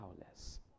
powerless